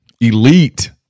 Elite